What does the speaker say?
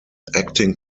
acting